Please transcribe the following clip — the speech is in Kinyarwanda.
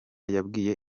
yabwiye